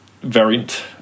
variant